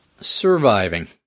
Surviving